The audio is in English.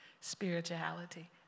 spirituality